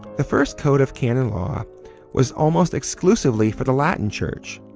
the first code of canon law was almost exclusively for the latin church,